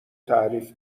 تعریف